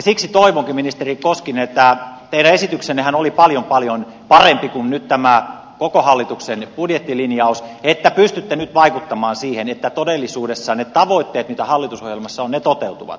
siksi toivonkin ministeri koskinen teidän esityksennehän oli paljon paljon parempi kuin nyt tämä koko hallituksen budjettilinjaus että pystytte nyt vaikuttamaan siihen että todellisuudessa ne tavoitteet mitä hallitusohjelmassa on toteutuvat